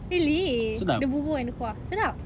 really the bubur and the kuah sedap